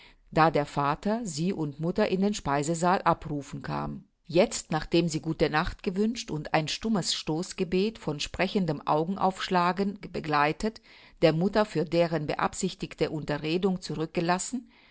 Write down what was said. da der vater sie und mutter in den speisesaal abzurufen kam jetzt nachdem sie gute nacht gewünscht und ein stummes stoßgebet von sprechendem augenaufschlagen begleitet der mutter für deren beabsichtigte unterredung zurückgelassen